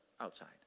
outside